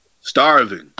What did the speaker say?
Starving